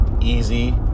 easy